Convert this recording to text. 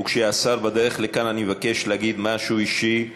וכשהשר בדרך לכאן, אני מבקש להגיד משהו אישי.